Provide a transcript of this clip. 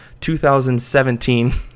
2017